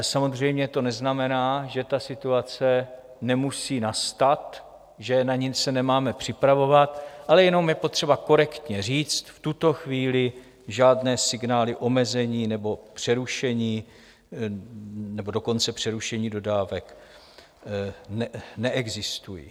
Samozřejmě to neznamená, že ta situace nemusí nastat, že se na ni nemáme připravovat, ale jenom je potřeba korektně říct, v tuto chvíli žádné signály omezení, nebo dokonce přerušení dodávek neexistují.